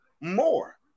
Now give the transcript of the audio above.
More